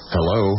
Hello